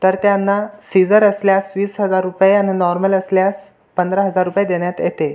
तर त्यांना सीझर असल्यास तीस हजार रुपये आणि नॉर्मल असल्यास पंधरा हजार रुपये देण्यात येते